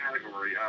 category